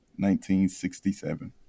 1967